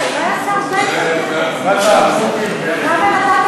מה עם שוויון בנטל, אדוני